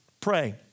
pray